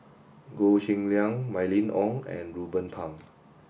Goh Cheng Liang Mylene Ong and Ruben Pang